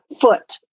foot